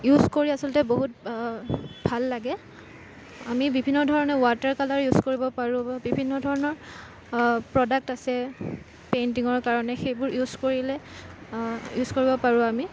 use কৰি আচলতে বহুত ভাল লাগে আমি বিভিন্ন ধৰণে ৱাটাৰকালাৰ ইউজ কৰিব পাৰোঁ বা বিভিন্ন ধৰণৰ প্ৰডাক্ট আছে পেইণ্টিঙৰ কাৰণে সেইবোৰ ইউজ কৰিলে ইউজ কৰিব পাৰোঁ আমি